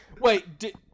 wait